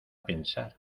pensar